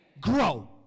Grow